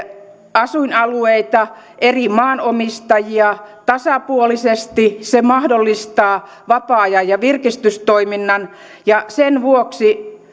asuinalueita eri maanomistajia tasapuolisesti se mahdollistaa vapaa ajan ja virkistystoiminnan ja sen vuoksi